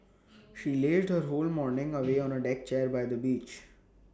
she lazed her whole morning away on A deck chair by the beach